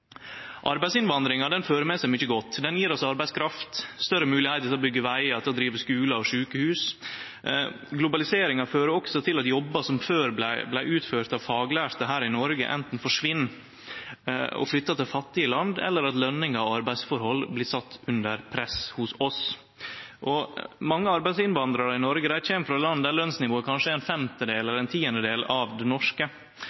Arbeidsinnvandringa fører med seg mykje godt. Den gir oss arbeidskraft, større moglegheiter til å byggje vegar, til å drive skular og sjukehus. Globaliseringa fører også til at jobbar som før vart utførte av faglærte her i Noreg, anten forsvinn og flyttar til fattige land, eller at løningar og arbeidsforhold blir sett under press hos oss. Mange arbeidsinnvandrarar i Noreg kjem frå land der lønsnivået kanskje er ein femtedel